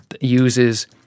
uses